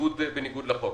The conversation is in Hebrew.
בניגוד לחוק.